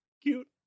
Cute